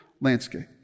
landscape